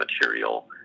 material